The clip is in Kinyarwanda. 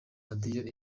radiyo